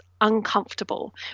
uncomfortable